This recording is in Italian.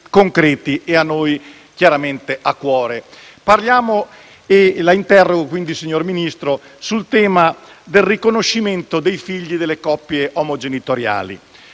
concreti, che chiaramente ci stanno a cuore. La interrogo, quindi, signor Ministro, sul tema del riconoscimento dei figli delle coppie omogenitoriali.